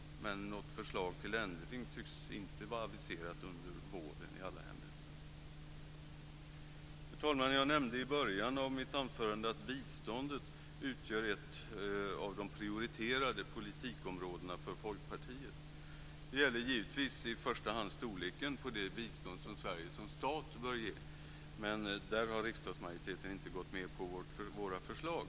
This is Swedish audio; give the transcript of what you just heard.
Men något förslag till ändring tycks inte vara aviserat under våren, i alla händelser. Fru talman! Jag nämnde i början av mitt anförande att biståndet utgör ett av de prioriterade politikområdena för Folkpartiet. Det gäller givetvis i första hand storleken på det bistånd som Sverige som stat bör ge. Där har riksdagsmajoriteten inte gått med på våra förslag.